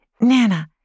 Nana